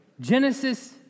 Genesis